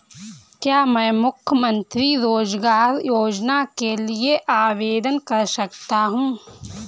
क्या मैं मुख्यमंत्री रोज़गार योजना के लिए आवेदन कर सकता हूँ?